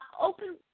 open